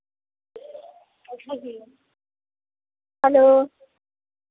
अच्छा किया हलो